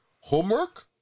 homework